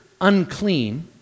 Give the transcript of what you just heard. unclean